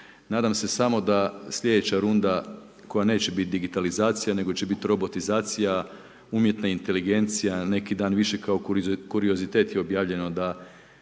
nadam se samo da slijedeća runda koja neće biti digitalizacija nego će biti robotizacija, umjetna inteligencija neki dan više kuriozitet je objavljeno da